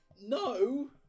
No